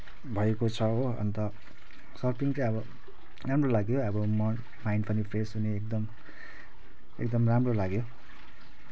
भएको छ हो अन्त सर्फिङ चाहिँ अब राम्रो लाग्यो अब माइन्ड पनि फ्रेस हुने एकदम एकदम राम्रो लाग्यो